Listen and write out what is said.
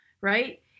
Right